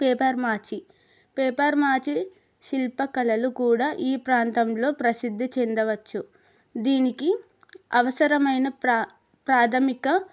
paper paper mache paper mache శిల్ప కళలు కూడా ఈ ప్రాంతంలో ప్రసిద్ధి చెందవచ్చు దీనికి అవసరమైన ప్రా ప్రాథమిక